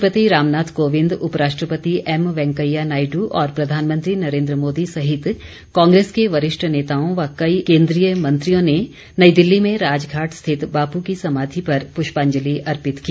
राष्ट्रपति रामनाथ कोविंद उपराष्ट्रपति एम वैंकेया नायड् और प्रधानमंत्री नरेन्द्र मोदी सहित कांग्रेस के वरिष्ठ नेताओं व कई केन्द्रीय मंत्रियों ने नई दिल्ली में राजघाट स्थित बापू की समाधि पर पुष्पांजलि अर्पित की